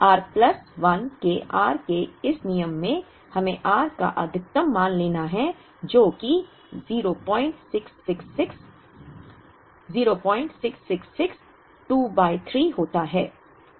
r plus 1 के r के इस नियम में हमें r का अधिकतम मान लेना है जो कि 0666 0666 2 बाय 3 होता है